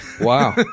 Wow